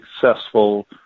successful